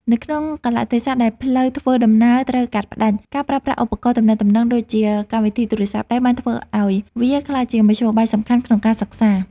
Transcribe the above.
នៅក្នុងកាលៈទេសៈដែលផ្លូវធ្វើដំណើរត្រូវកាត់ផ្តាច់ ការប្រើប្រាស់ឧបករណ៍ទំនាក់ទំនងដូចជាកម្មវិធីទូរស័ព្ទដៃ បានធ្វើឲ្យវាក្លាយជាមធ្យោបាយសំខាន់ក្នុងការសិក្សា។